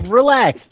relax